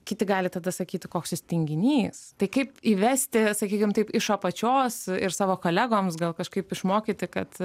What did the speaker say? kiti gali tada sakyti koks jis tinginys tai kaip įvesti sakykim taip iš apačios ir savo kolegoms gal kažkaip išmokyti kad